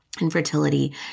infertility